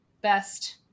best